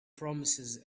promises